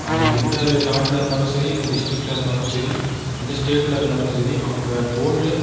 அவங்கள் எந்த நாட்டில் இருந்தாலும் சரி எந்த டிஸ்ட்ரிக்ட்டில் இருந்தாலும் சரி எந்த ஸ்டேட்டில் இருந்தாலும் சரி அவங்க போர்டில்